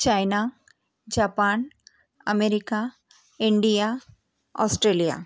China Japan America India Australia